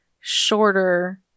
shorter